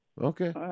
Okay